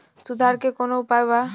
सुधार के कौनोउपाय वा?